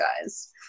guys